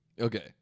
Okay